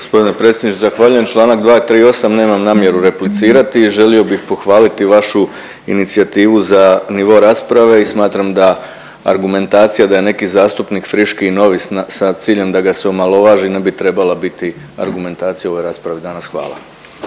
Gospodine predsjedniče zahvaljujem. Članak 238. nemam namjeru replicirati. Želio bih pohvaliti vašu inicijativu za nivo rasprave i smatram da argumentacija da je neki zastupnik friški i novi sa ciljem da ga se omalovaži ne bi trebala biti argumentacija u ovoj raspravi danas. Hvala.